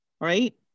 Right